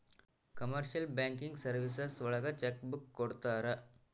commercial banking services ಒಳಗ cheque book ಕೊಡ್ತಾರ